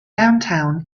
downtown